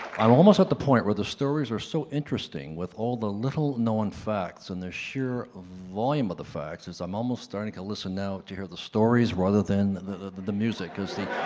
i'm almost at the point where the stories are so interesting, with all the little known facts and the sheer volume of the facts, is i'm almost starting to listen now to hear the stories rather than the the music. s? the